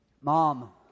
mom